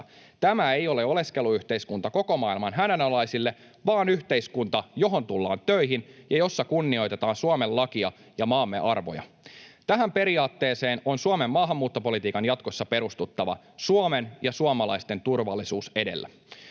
Tämä ei ole oleskeluyhteiskunta koko maailman hädänalaisille, vaan yhteiskunta, johon tullaan töihin ja jossa kunnioitetaan Suomen lakia ja maamme arvoja. Tähän periaatteeseen on Suomen maahanmuuttopolitiikan jatkossa perustuttava, Suomen ja suomalaisten turvallisuus edellä.